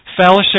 Fellowship